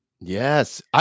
Yes